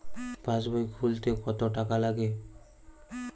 পাশবই খুলতে কতো টাকা লাগে?